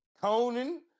Conan